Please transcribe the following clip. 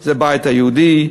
זה הבית היהודי,